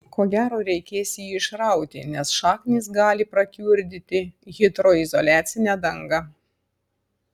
ko gero reikės jį išrauti nes šaknys gali prakiurdyti hidroizoliacinę dangą